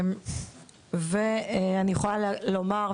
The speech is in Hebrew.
ואני גם אשמח לומר,